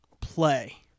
play